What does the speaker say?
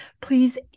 please